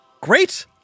Great